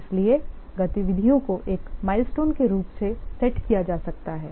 इसलिए इन गतिविधियों को एक माइलस्टोन के रूप में सेट किया जा सकता है